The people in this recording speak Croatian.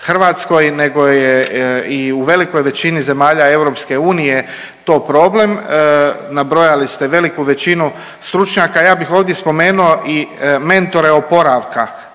nego je i u velikoj većini zemalja EU to problem. Nabrojali ste veliku većinu stručnjaka, a ja ih ovdje spomenuo i mentore oporavka,